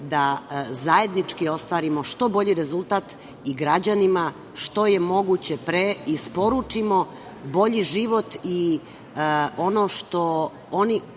da zajednički ostvarimo što bolji rezultat i građanima što je moguće pre isporučimo i bolji život i ono što oni